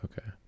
Okay